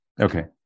Okay